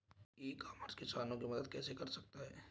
ई commerce किसानों की मदद कैसे कर सकता है?